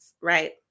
right